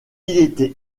était